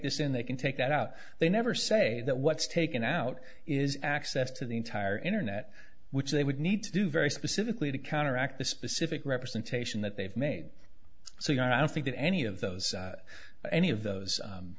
this in they can take that out they never say that what's taken out is access to the entire internet which they would need to do very specifically to counteract the specific representation that they've made so you know i don't think that any of those any of those